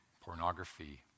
pornography